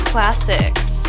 Classics